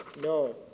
no